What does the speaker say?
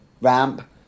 ramp